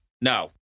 No